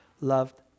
loved